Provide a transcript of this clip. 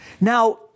Now